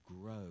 grow